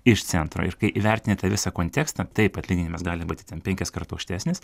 iš centro ir kai įvertini visą kontekstą taip atlyginimas gali būti ten penkiskart aukštesnis